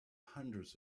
hundreds